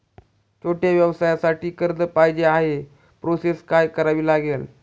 छोट्या व्यवसायासाठी कर्ज पाहिजे आहे प्रोसेस काय करावी लागेल?